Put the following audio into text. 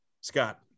Scott